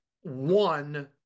one